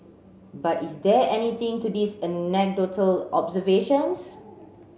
but is there anything to these anecdotal observations